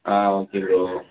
ah okay bro